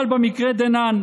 אבל במקרה דנן,